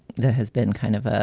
there has been kind of ah